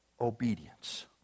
obedience